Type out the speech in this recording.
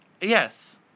Yes